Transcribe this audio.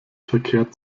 verkehr